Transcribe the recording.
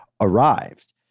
arrived